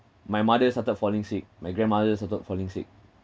my mother started falling sick my grandmother's started falling sick